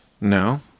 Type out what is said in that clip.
No